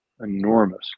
enormous